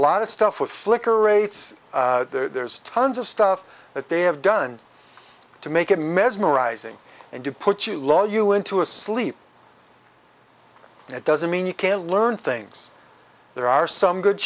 lot of stuff with flicker rates there's tons of stuff that they have done to make it mesmerizing and to put you law you into a sleep it doesn't mean you can't learn things there are some good